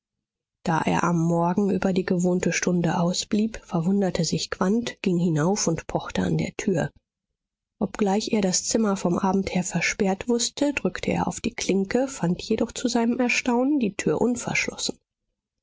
da er am morgen über die gewohnte stunde ausblieb verwunderte sich quandt ging hinauf und pochte an der tür obgleich er das zimmer vom abend her versperrt wußte drückte er auf die klinke fand jedoch zu seinem erstaunen die tür unverschlossen